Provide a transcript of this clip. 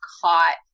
caught